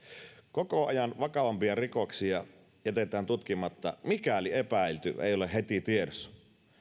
koko ajan vakavampia rikoksia jätetään tutkimatta mikäli epäilty ei ole heti tiedossa